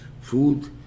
Food